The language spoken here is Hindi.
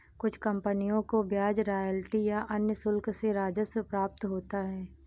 कुछ कंपनियों को ब्याज रॉयल्टी या अन्य शुल्क से राजस्व प्राप्त होता है